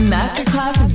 Masterclass